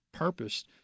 Purpose